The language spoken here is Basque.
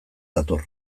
dator